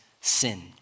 sin